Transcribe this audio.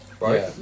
right